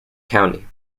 county